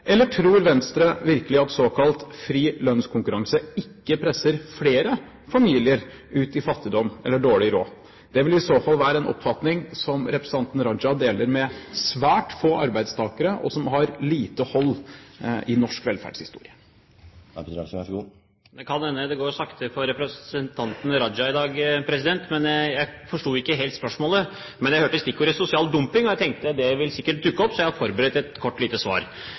Eller tror virkelig Venstre at såkalt fri lønnskonkurranse ikke presser flere familier ut i fattigdom eller dårlig råd? Det vil i så fall være en oppfatning som representanten Raja deler med svært få arbeidstakere, og som har lite hold i norsk velferdshistorie. Det kan hende det går saktere for representanten Raja i dag, men jeg forsto ikke helt spørsmålet. Men jeg hørte stikkordet «sosial dumping», og tenkte det helt sikkert ville dukke opp, så jeg har forberedt et kort lite svar.